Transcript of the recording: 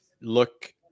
look